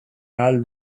ahal